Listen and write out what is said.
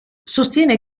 sostiene